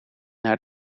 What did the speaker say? naar